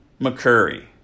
McCurry